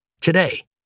Today